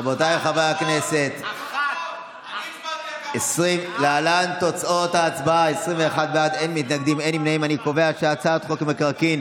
ההצעה להעביר את הצעת חוק המקרקעין